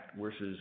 versus